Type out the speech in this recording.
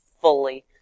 fully